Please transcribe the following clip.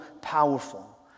powerful